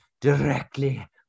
directly